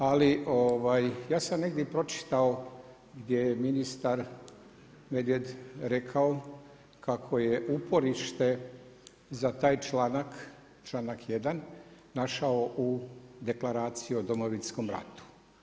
Ali ja sam negdje pročitao gdje je ministar Medved rekao kako je uporište za taj članak, čl.1 našao u deklaraciji o Domovinskom ratu.